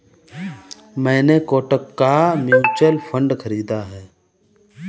मैंने कोटक का mutual fund खरीदा है